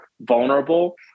vulnerable